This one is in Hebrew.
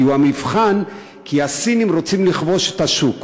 הוא המבחן, כי הסינים רוצים לכבוש את השוק.